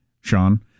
Sean